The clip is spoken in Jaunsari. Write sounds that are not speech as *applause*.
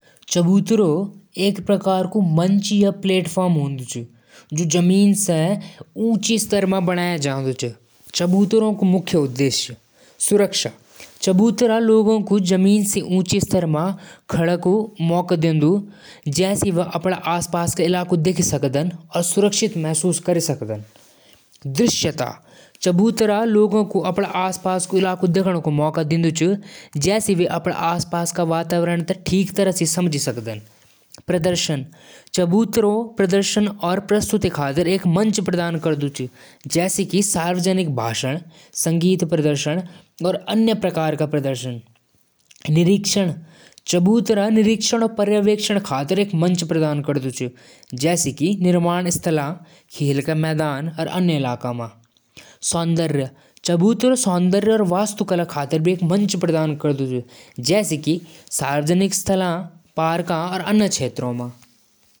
Digital camera एक machine होली जैं फोटो खीचण म मदद करदु। *noise* जब बटन दबादु, त लेंस रोशनी क अंदर ल्यु। यो रोशनी सेंसर म जालु और तस्वीर बणालु। तस्वीर मशीन म स्टोर होलु।